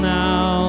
now